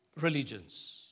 religions